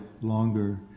longer